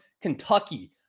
Kentucky